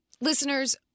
Listeners